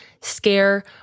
scare